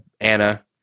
Anna